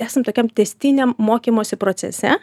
esam tokiam tęstiniam mokymosi procese